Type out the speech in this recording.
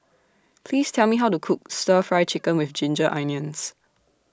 Please Tell Me How to Cook Stir Fry Chicken with Ginger Onions